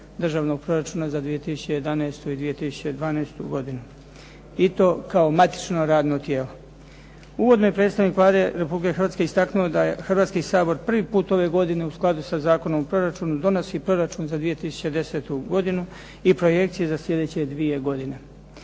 Državnog proračuna za 2011. i 2012. godinu i to kao matično radno tijelo. Uvodno je predstavnik Vlade Republike Hrvatske istaknuo da je Hrvatski sabor prvi put ove godine u skladu sa Zakonom o proračunu donosi proračun za 2010. godinu i projekcije za slijedeće dvije godine.